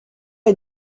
est